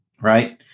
right